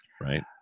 right